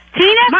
Tina